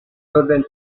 orden